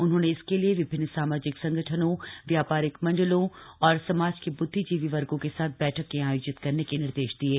उन्होंने इसके लिए विभिन्न सामाजिक संगठनों व्यापारी मण्डलों और समाज के ब्द्धिजीवी वर्गो के साथ बैठकें आयोजित करने के निर्देश दिये